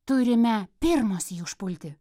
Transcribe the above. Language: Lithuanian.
turime pirmos jį užpulti